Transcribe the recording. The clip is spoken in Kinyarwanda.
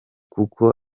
kuko